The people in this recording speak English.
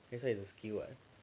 that's why it's a skill [what]